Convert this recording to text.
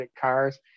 cars